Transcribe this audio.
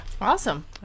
awesome